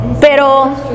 Pero